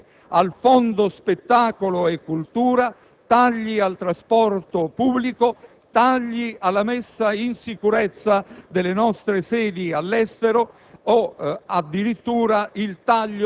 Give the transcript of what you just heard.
tagli alla cooperazione e al fondo spettacolo e cultura, tagli al trasporto pubblico, tagli alla messa in sicurezza delle nostre sedi all'estero